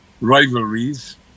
Rivalries